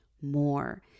more